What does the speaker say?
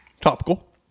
Topical